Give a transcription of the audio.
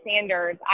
Sanders